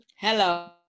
Hello